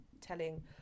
telling